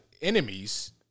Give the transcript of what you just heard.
enemies